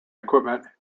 equipment